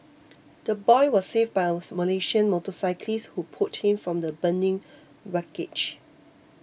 the boy was saved by a Malaysian motorcyclist who pulled him from the burning wreckage